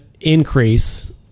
increase